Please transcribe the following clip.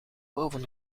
boven